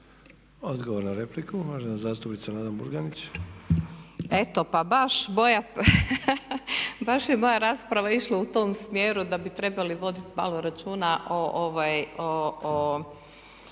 Odgovor na repliku uvažena zastupnica Nada Murganić. **Murganić, Nada (HDZ)** Eto pa baš je moja rasprava išla u tom smjeru da bi trebali voditi malo računa o